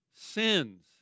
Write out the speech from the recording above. sins